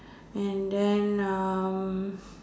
and then uh